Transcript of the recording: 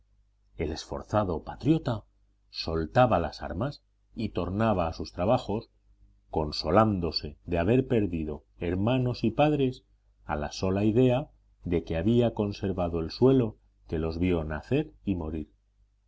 el esforzado patriota soltaba las armas y tornaba a sus trabajos consolándose de haber perdido hijos hermanos y padres a la sola idea de que había conservado el suelo que los vio nacer y morir